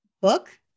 book